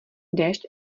déšť